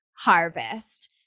harvest